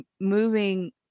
moving